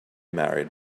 married